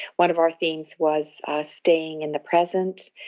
one of our themes was staying in the present.